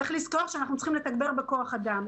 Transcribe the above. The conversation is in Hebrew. צריך לזכור שאנחנו צריכים לתגבר בכוח אדם.